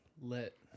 Lit